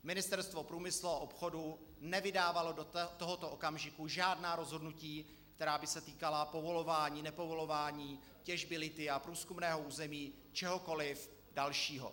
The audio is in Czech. Ministerstvo průmyslu a obchodu nevydávalo do tohoto okamžiku žádná rozhodnutí, která by se týkala povolování, nepovolování těžby lithia, průzkumného území, čehokoliv dalšího.